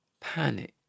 panic